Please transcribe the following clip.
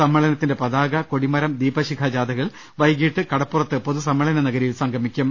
സമ്മേളനത്തിന്റെ പതാക കൊടിമരം ദീപശിഖ ജാഥകൾ വൈകീട്ട് കടപ്പുറത്ത് പൊതുസമ്മേളന നഗരിയിൽ സംഗമിക്കും